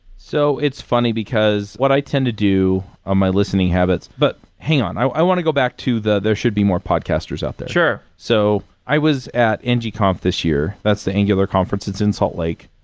so, it's funny because, what i tend to do on my listening habits but hang on. i i want to go back to the there should be more podcasters out there. so, i was at and ng-conf this year. that's the angular conference. it's in salt lake.